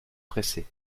pressait